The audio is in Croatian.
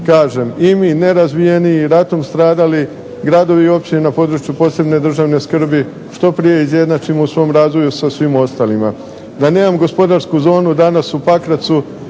kažem i mi nerazvijeniji, ratom stradali gradovi i općine na području posebne državne skrbi što prije izjednačimo u svom razvoju sa svim ostalima. Da nemam gospodarsku zonu danas u Pakracu